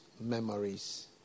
memories